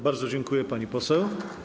Bardzo dziękuję, pani poseł.